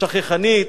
השכחנית,